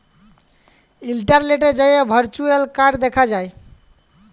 ইলটারলেটে যাঁয়ে virtual card দ্যাখা যায়